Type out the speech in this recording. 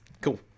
Cool